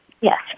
Yes